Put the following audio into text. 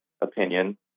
opinion